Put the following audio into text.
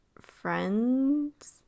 friends